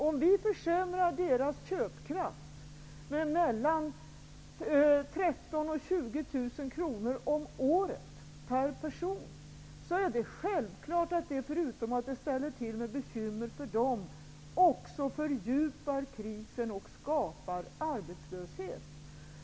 Om vi försämrar deras köpkraft med mellan 13 000 och 20 000 kr per person om året, är det självklart att det, förutom att det ställer till med bekymmer för dem, också fördjupar krisen och skapar arbetslöshet.